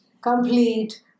complete